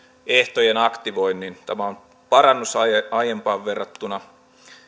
ehtojen aktivoinnin tämä on parannus aiempaan verrattuna